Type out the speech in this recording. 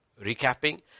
recapping